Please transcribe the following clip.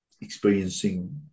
experiencing